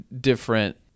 different